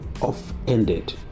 off-ended